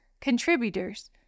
contributors